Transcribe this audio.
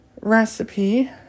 recipe